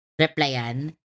replyan